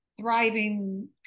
thriving